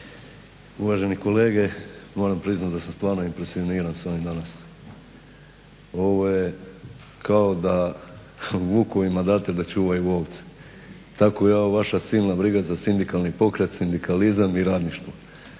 Uvaženi kolege. Moram priznat da sam stvarno impresioniran s ovim danas. Ovo je kao da vukovima date da čuvaju ovce, tako i ova vaša silna briga za sindikalni pokret, sindikalizam i radništvo.